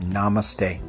Namaste